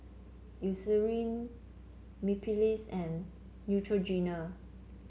Eucerin Mepilex and Neutrogena